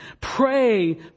Pray